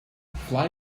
fly